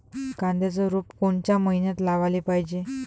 कांद्याचं रोप कोनच्या मइन्यात लावाले पायजे?